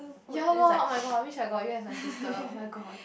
ya loh oh-my-god I wish I got you as a sister oh-my-god